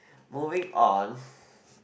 moving on